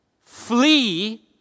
flee